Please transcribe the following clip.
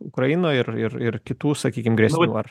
ukrainoj ir ir ir kitų sakykim grėsmių ar